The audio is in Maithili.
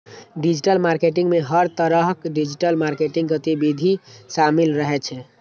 डिजिटल मार्केटिंग मे हर तरहक डिजिटल मार्केटिंग गतिविधि शामिल रहै छै